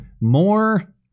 more